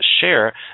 share